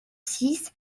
six